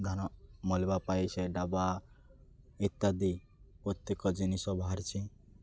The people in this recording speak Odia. ଧାନ ମଳିବା ପାଇ ସେ ଡବା ଇତ୍ୟାଦି ପ୍ରତ୍ୟେକ ଜିନିଷ ବାହାରିଛି